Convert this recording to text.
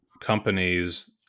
companies